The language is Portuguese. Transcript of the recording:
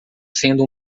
sendo